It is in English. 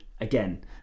again